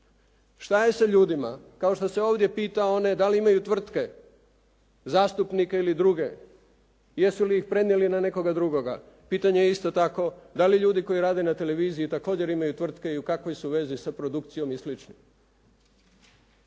Šta je sa ljudima, kao što se ovdje pita one, da li imaju tvrtke, zastupnike ili druge, jesu li ih prenijeli na nekoga drugoga? Pitanje je isto tako, da li ljudi koji rade na televiziji također imaju tvrtke i u kakvoj su vezi sa produkcijom i